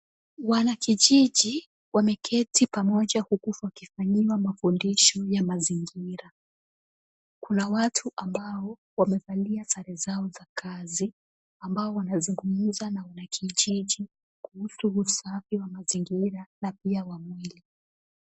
Wanakijiji wameketi pamoja huku wakifanyiwa mafundisho ya mazingira. Kuna watu ambao wamevalia sare zao za kazi ambao wanazungumza na wanakijiji kuhusu usafi wa mazingira na pia wa mwili.